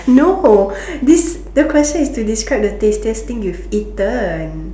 no this the question is to describe the tastiest thing you've eaten